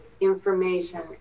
information